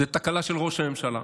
זה תקלה של ראש הממשלה,